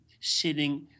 sitting